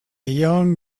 young